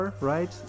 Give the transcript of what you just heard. right